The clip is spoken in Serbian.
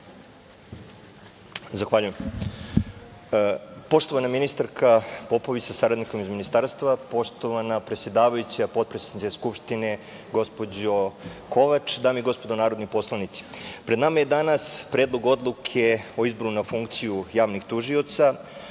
Zahvaljujem. Poštovana ministarka Popović sa saradnikom iz Ministarstva, poštovana predsedavajuća, potpredsednice Skupštine, gospođo Kovač, dame i gospodo narodni poslanici, pred nama je danas Predlog odluke o izboru na funkciju javnih